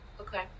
Okay